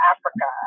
Africa